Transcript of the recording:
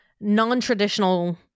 non-traditional